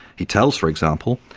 he tells, for example,